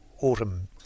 autumn